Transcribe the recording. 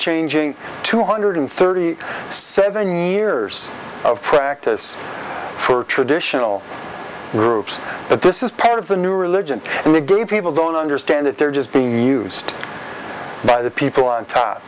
changing two hundred thirty seven years of practice for traditional groups but this is part of the new religion and they gave people don't understand it they're just being used by the people on top